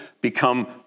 become